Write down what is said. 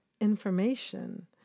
information